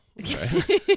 okay